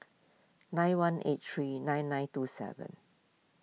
nine one eight three nine nine two seven